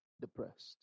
depressed